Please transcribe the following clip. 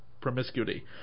promiscuity